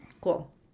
Cool